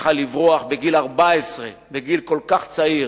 שהצליחה לברוח בגיל 14, בגיל כל כך צעיר,